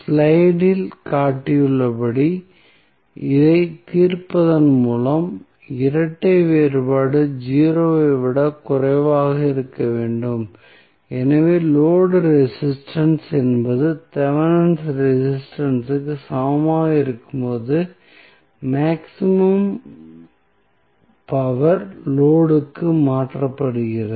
ஸ்லைடில் காட்டப்பட்டுள்ளபடி இதைத் தீர்ப்பதன் மூலம் இரட்டை வேறுபாடு 0 ஐ விடக் குறைவாக இருக்க வேண்டும் எனவே லோடு ரெசிஸ்டன்ஸ் என்பது தெவெனினின் ரெசிஸ்டன்ஸ் இற்கு சமமாக இருக்கும்போது மேக்ஸிமம் பவர் லோடு க்கு மாற்றப்படுகிறது